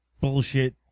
bullshit